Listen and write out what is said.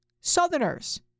Southerners